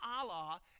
Allah